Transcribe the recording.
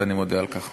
ואני מודה על כך.